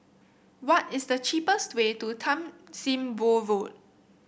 what is the cheapest way to Tan Sim Boh Road